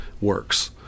works